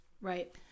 Right